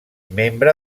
membre